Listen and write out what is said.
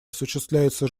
осуществляется